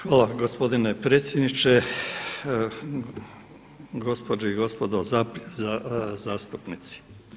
Hvala gospodine predsjedniče, gospođe i gospodo zastupnici.